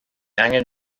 angen